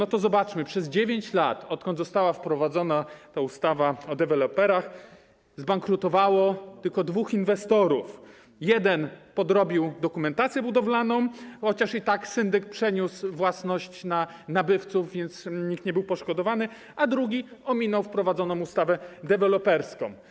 W takim razie spójrzmy: przez 9 lat, odkąd została wprowadzona ustawa o deweloperach, zbankrutowało tylko dwóch inwestorów: jeden podrobił dokumentację budowlaną - syndyk przeniósł tu własność na nabywców, więc nikt nie był poszkodowany - a drugi ominął wprowadzoną ustawę deweloperską.